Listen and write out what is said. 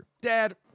Dad